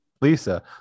Lisa